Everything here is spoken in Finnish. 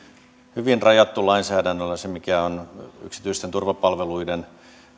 hyvin rajattu lainsäädännöllä se mikä on yksityisten turvapalveluiden